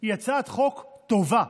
היא הצעת חוק טובה,